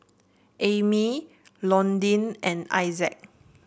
Ammie Londyn and Issac